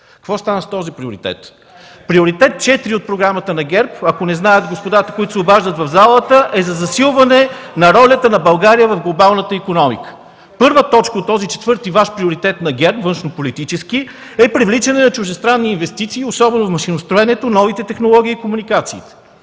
Какво стана с този приоритет? Приоритет 4 от програмата на ГЕРБ (реплики от ГЕРБ), ако не знаят господата, които се обаждат в залата, е за засилване на ролята на България в глобалната икономика. Първа точка от този четвърти Ваш приоритет на ГЕРБ – външнополитически – е привличане на чуждестранни инвестиции особено в машиностроенето, новите технологии и комуникациите.